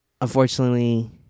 unfortunately